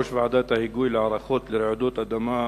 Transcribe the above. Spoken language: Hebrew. ראש ועדת ההיגוי להיערכות רעידות אדמה,